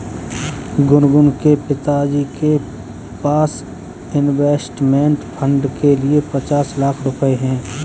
गुनगुन के पिताजी के पास इंवेस्टमेंट फ़ंड के लिए पचास लाख रुपए है